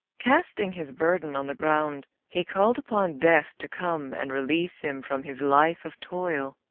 casting his burden on the ground, he called upon death to come and release him from his life of toil.